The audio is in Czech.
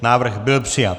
Návrh byl přijat.